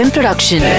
Production